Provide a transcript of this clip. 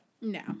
No